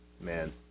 Man